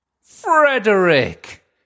Frederick